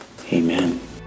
Amen